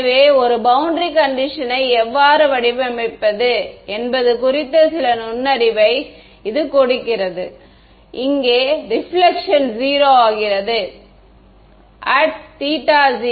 எனவே ஒரு பௌண்டரி கண்டிஷன்னை எவ்வாறு வடிவமைப்பது என்பது குறித்த சில இன்சயிட் யை இது கொடுக்கிறது இங்கே ரிபிலக்ஷன் 0 ஆகிறது at θ 0 இல்